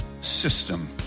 system